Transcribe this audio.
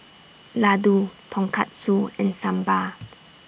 Ladoo Tonkatsu and Sambar